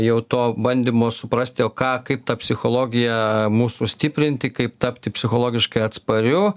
jau to bandymo suprasti o ką kaip tą psichologiją musų sustiprinti kaip tapti psichologiškai atspariu